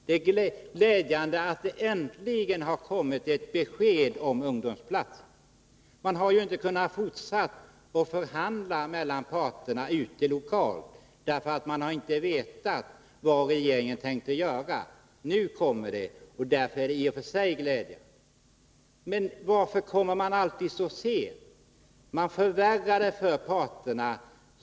Det är glädjande att det äntligen har kommit ett besked om ungdomsplatserna. Parterna har lokalt inte kunnat fortsätta att förhandla, eftersom de inte har vetat vad regeringen tänkt göra. Nu kommer beskedet, vilket i och för sig är glädjande. Men varför kommer regeringen alltid så sent? Det förvärrar ju situationen för parterna.